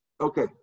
Okay